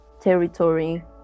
territory